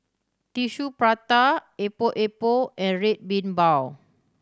Tissue Prata Epok Epok and Red Bean Bao